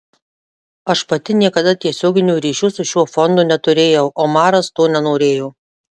aš pati niekada tiesioginių ryšių su šiuo fondu neturėjau omaras to nenorėjo